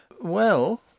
Well—